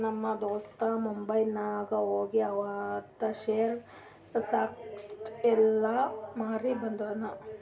ನಮ್ ದೋಸ್ತ ಮುಂಬೈನಾಗ್ ಹೋಗಿ ಆವಂದ್ ಶೇರ್, ಸ್ಟಾಕ್ಸ್ ಎಲ್ಲಾ ಮಾರಿ ಬಂದುನ್